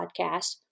podcast